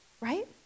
right